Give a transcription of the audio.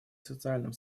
социальным